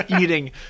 eating